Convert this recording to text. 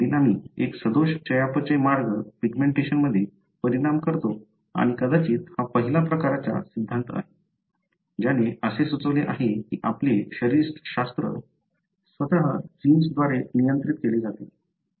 परिणामी एक सदोष चयापचय मार्ग पिग्मेंटेशनमध्ये परिणाम करतो आणि कदाचित हा पहिला प्रकारचा सिद्धांत आहे ज्याने असे सुचवले आहे की आपले शरीरशास्त्र स्वतः जीन्सद्वारे नियंत्रित केले जाते